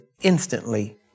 instantly